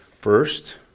First